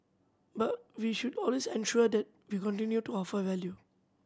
but we should always ensure that we continue to offer value